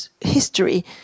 history